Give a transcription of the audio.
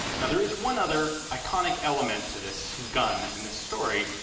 now there is one other iconic element to this gun, and this story,